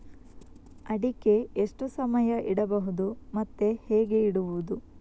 ಅಡಿಕೆ ಎಷ್ಟು ಸಮಯ ಇಡಬಹುದು ಮತ್ತೆ ಹೇಗೆ ಇಡುವುದು?